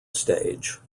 stage